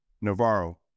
Navarro